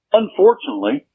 unfortunately